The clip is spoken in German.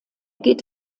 geht